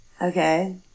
Okay